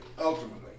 ultimately